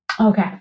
okay